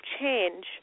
change